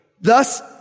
Thus